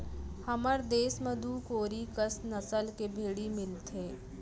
हमर देस म दू कोरी कस नसल के भेड़ी मिलथें